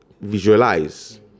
visualize